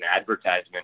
advertisement